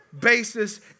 basis